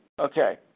Okay